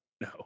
No